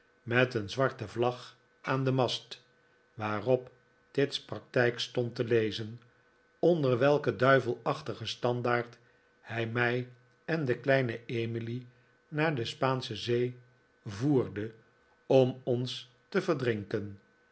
met een zwarte vlag aan den mast waarop tidd's praktijk stond te lezen onder welken duivelachtigen standaard hij mij en de kleine emily naar de spaansche zee voerde om ons te verdrinken